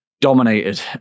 dominated